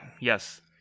Yes